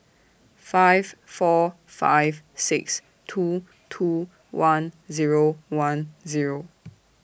five four five six two two one Zero one Zero